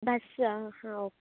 bus वा हा okay